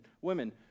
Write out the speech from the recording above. women